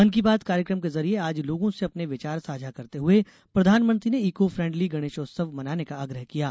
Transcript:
मन की बात कार्यक्रम के जरिए आज लोगों से अपने विचार साझा करते हुए प्रधानमंत्री ने इकोफ्रेण्डली गणेशोत्सव मनाने का आग्रह किया है